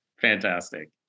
Fantastic